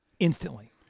instantly